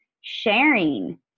sharing